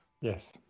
Yes